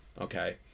okay